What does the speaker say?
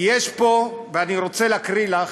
כי יש פה, ואני רוצה להקריא לך,